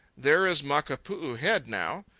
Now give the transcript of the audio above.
there is makapuu head now.